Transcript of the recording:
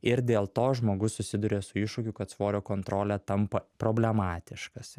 ir dėl to žmogus susiduria su iššūkiu kad svorio kontrolė tampa problematiškas